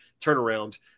turnaround